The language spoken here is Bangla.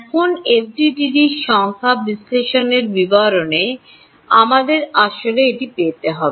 এখন এফডিটিডি র সংখ্যা বিশ্লেষণের বিবরণে আমাদের আসলে এটি পেতে হবে